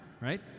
right